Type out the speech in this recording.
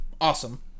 awesome